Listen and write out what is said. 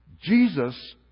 Jesus